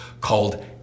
called